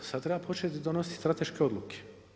Sad treba početi donositi strateške odluke.